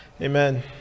amen